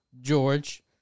George